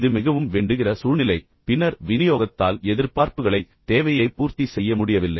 இது மிகவும் வேண்டுகிற சூழ்நிலை பின்னர் விநியோகத்தால் எதிர்பார்ப்புகளை பூர்த்தி செய்ய முடியவில்லை தேவையை பூர்த்தி செய்ய முடியவில்லை